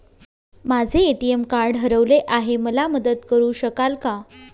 माझे ATM card हरवले आहे, मला मदत करु शकाल का?